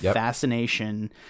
fascination